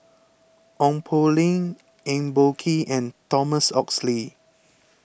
Ong Poh Lim Eng Boh Kee and Thomas Oxley